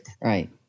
Right